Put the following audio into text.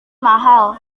mahal